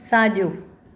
साजो॒